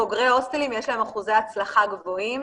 בוגרי הוסטלים יש להם אחוזי הצלחה גדולים,